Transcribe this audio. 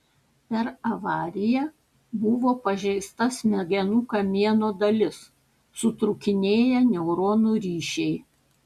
per avariją buvo pažeista smegenų kamieno dalis sutrūkinėję neuronų ryšiai